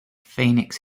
phoenix